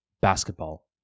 basketball